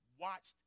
watched